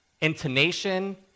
intonation